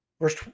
Verse